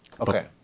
Okay